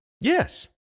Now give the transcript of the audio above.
Yes